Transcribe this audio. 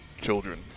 children